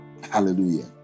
Hallelujah